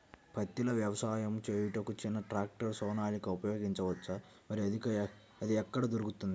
పత్తిలో వ్యవసాయము చేయుటకు చిన్న ట్రాక్టర్ సోనాలిక ఉపయోగించవచ్చా మరియు అది ఎక్కడ దొరుకుతుంది?